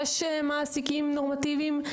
יש מעסיקים נורמטיביים,